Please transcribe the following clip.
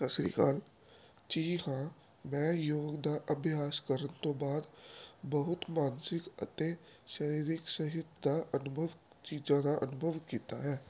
ਸਤਿ ਸ਼੍ਰੀ ਅਕਾਲ ਜੀ ਹਾਂ ਮੈਂ ਯੋਗ ਦਾ ਅਭਿਆਸ ਕਰਨ ਤੋਂ ਬਾਅਦ ਬਹੁਤ ਮਾਨਸਿਕ ਅਤੇ ਸਰੀਰਕ ਸਿਹਤ ਅਨੁਭਵ ਚੀਜ਼ਾਂ ਦਾ ਅਨੁਭਵ ਕੀਤਾ ਹੈ